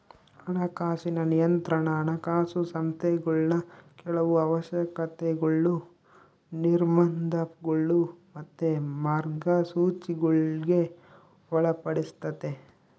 ಹಣಕಾಸಿನ ನಿಯಂತ್ರಣಾ ಹಣಕಾಸು ಸಂಸ್ಥೆಗುಳ್ನ ಕೆಲವು ಅವಶ್ಯಕತೆಗುಳು, ನಿರ್ಬಂಧಗುಳು ಮತ್ತೆ ಮಾರ್ಗಸೂಚಿಗುಳ್ಗೆ ಒಳಪಡಿಸ್ತತೆ